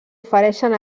ofereixen